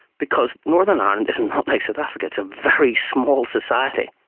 because northern ireland is not like south africa, it's a very small society.